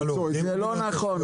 זה לא נכון.